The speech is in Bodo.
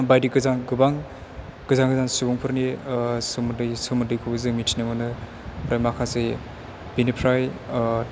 बायदि गोजाम गोबां गोजान गोजान सुबुंफोरनि सोमोन्दैखौबो जों मिथिनो मोनो ओमफ्राय माखासे बिनिफ्राय